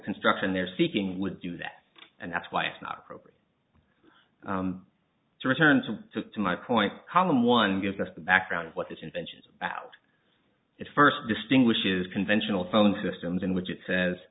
construction they're seeking would do that and that's why it's not appropriate to return to to my point column one gives us the background what this invention is about it first distinguishes conventional phone systems in which it says